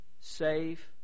safe